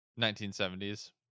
1970s